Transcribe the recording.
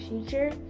future